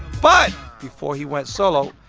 but before he went solo,